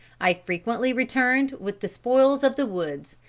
i frequently returned with the spoils of the woods,